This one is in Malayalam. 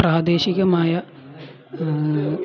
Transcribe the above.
പ്രാദേശികമായ